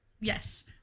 Yes